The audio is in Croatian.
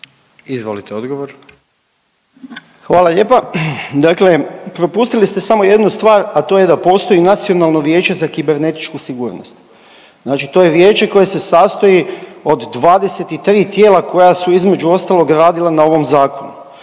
**Nekić, Darko** Hvala lijepa. Dakle propustili ste samo jednu stvar, a to je da postoji Nacionalno vijeće za kibernetičku sigurnost. Znači to je vijeće koje se sastoji od 23 tijela koja su između ostaloga radila na ovom zakonu.